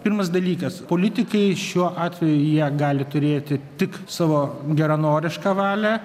pirmas dalykas politikai šiuo atveju jie gali turėti tik savo geranorišką valią